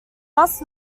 must